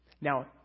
Now